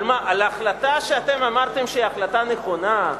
על מה, על החלטה שאתם אמרתם שהיא החלטה נכונה?